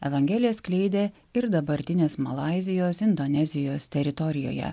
evangeliją skleidė ir dabartinės malaizijos indonezijos teritorijoje